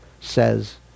says